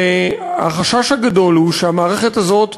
והחשש הגדול הוא שהמערכת הזאת,